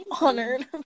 honored